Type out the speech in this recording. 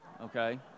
Okay